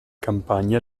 campagne